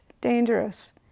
dangerous